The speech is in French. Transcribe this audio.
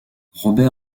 robert